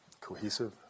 cohesive